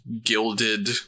gilded